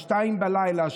ב-02:00,